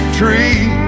tree